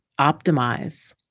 optimize